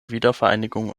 wiedervereinigung